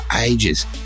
ages